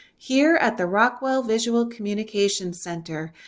here at the rockwell visual communication center.